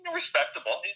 respectable